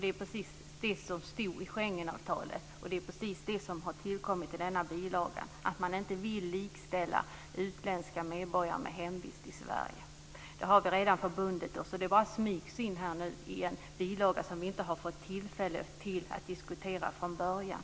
Det är vad som står i Schengenavtalet, och det är det som har tillkommit i den nya bilagan, dvs. att utländska medborgare med hemvist i Sverige inte likställs. Där har vi redan förbundit oss, och det smygs in i en bilaga som vi inte har fått tillfälle att diskutera från början.